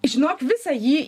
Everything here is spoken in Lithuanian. žinok visą jį